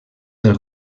del